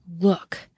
look